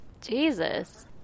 Jesus